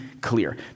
clear